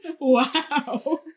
Wow